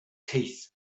teeth